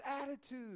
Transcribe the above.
attitude